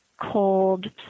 cold